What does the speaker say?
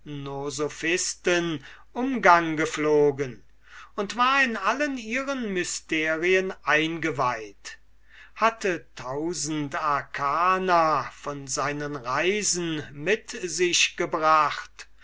umgang gepflogen und war in allen ihren mysterien initiert hatte tausend arcana von seinen reisen mit sich gebracht